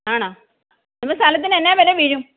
ആണോ എന്നാ സ്ഥലത്തിന് എന്നാ വില വീഴും